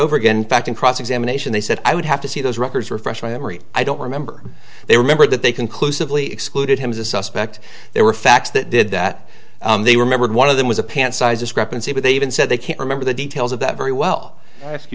over again fact in cross examination they said i would have to see those records refresh my memory i don't remember they remembered that they conclusively excluded him as a suspect they were facts that did that they remembered one of them was a pant size a scrap and see what they even said they can't remember the details of that very well ask